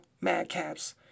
madcaps